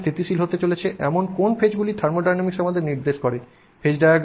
সিস্টেমে স্থিতিশীল হতে চলেছে এমন কোন ফেজগুলি থার্মোডাইনামিক্স আমাদেরকে নির্দেশ করে